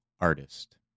artist